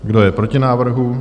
Kdo je proti návrhu?